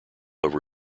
over